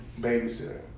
babysitter